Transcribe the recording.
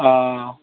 অ